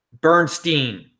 Bernstein